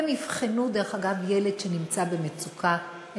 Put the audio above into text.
הן אבחנו ילד שנמצא במצוקה,